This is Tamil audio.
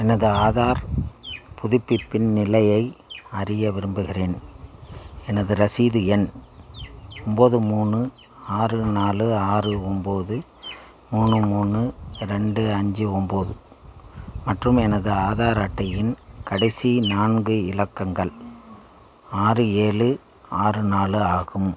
எனது ஆதார் புதுப்பிப்பின் நிலையை அறிய விரும்புகிறேன் எனது ரசீது எண் ஒம்பது மூணு ஆறு நாலு ஆறு ஒம்பது மூணு மூணு ரெண்டு அஞ்சு ஒம்பது மற்றும் எனது ஆதார் அட்டையின் கடைசி நான்கு இலக்கங்கள் ஆறு ஏழு ஆறு நாலு ஆகும்